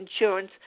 insurance